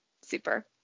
super